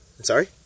Sorry